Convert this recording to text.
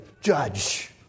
judge